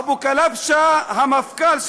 לא לכאורה, המקלט